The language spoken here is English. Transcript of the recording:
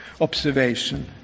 observation